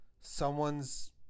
someone's